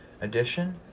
edition